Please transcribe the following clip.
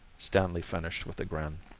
stanley finished with a grin.